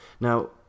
Now